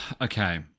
Okay